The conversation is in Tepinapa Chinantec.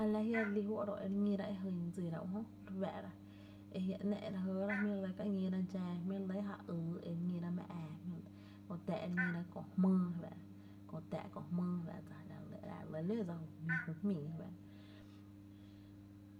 A la jia’ relí fó’ ro’ e re ñíra e jyn dsira ujö re fáá’ra, e jia’ ‘nⱥ’ re jëëra jmí’ ka ñíra dxaa, jmí’ re lɇ ja yy e re ñíra mⱥ ⱥⱥ jmí’ re lɇ e re tⱥ’ re ñíra köö jmýy re fáá’ra, köö tⱥⱥ’ köö jmýy fá’ dsa, la’ re lɇ ló dsa ju jmíi re fáá’ra